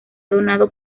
donado